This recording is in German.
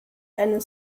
eine